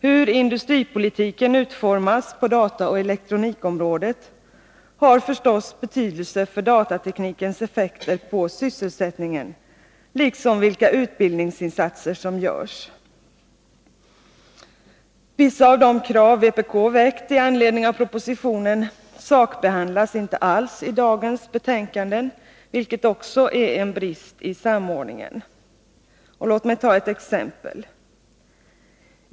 Hur industripolitiken utformas på dataoch elektronikområdet har förstås betydelse för datateknikens effekter på sysselsättningen liksom för utbildningsinsatserna. Vissa av de krav som vpk har framfört i anledning av propositionen sakbehandlas inte alls i betänkandena, vilket också är en brist i samordningen. Låt mig ta ett exempel.